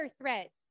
threat